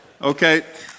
Okay